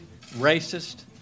racist